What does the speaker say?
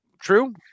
true